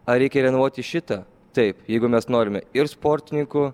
ar reikia renovuoti šitą taip jeigu mes norime ir sportininkų